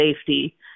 safety